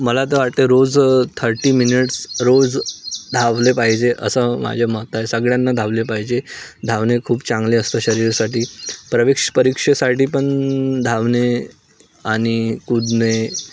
मला तं वाटते रोज थर्टी मिनट्स रोज धावले पाहिजे असं माझ्या मत आहे सगळ्यांना धावले पाहिजे धावणे खूप चांगले असतं शरीरसाठी प्रवेक्ष परीक्षेसाठी पण धावणे आणि कूदणे